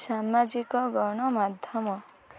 ସାମାଜିକ ଗଣମାଧ୍ୟମ